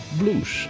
blues